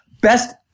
Best